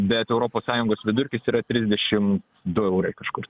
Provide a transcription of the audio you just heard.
bet europos sąjungos vidurkis yra trisdešimt du eurai kažkur